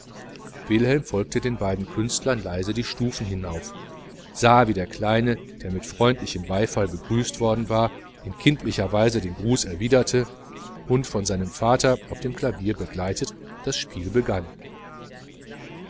wilhelm folgte leise die stufen hinauf den beiden künstlern sah wie der kleine der mit freundlichem beifall begrüßt worden war in kindlicher weise den gruß erwiderte und von seinem vater auf dem klavier begleitet das spiel begann